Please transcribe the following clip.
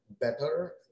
better